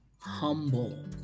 humble